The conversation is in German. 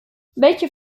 welche